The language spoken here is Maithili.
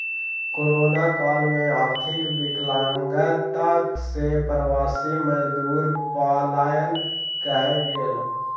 कोरोना काल में आर्थिक विकलांगता सॅ प्रवासी मजदूर पलायन कय गेल